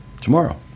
tomorrow